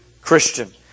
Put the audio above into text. Christian